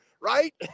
right